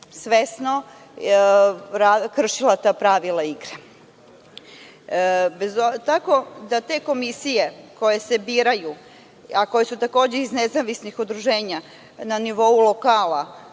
svesno kršile ta pravila igre. Te komisije koje se biraju, a koje su takođe iz nezavisnih udruženja na nivou lokala,